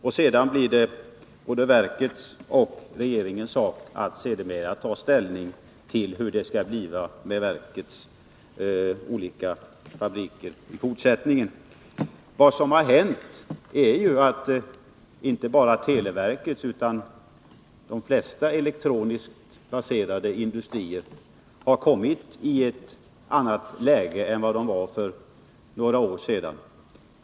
Sedermera blir det både verkets och regeringens sak att ta ställning till hur det skall bli med verkets olika fabriker i fortsättningen. Vad som har hänt är ju att inte bara televerket utan de flesta elektroniskt baserade industrier har kommit i ett annat läge än för några år sedan.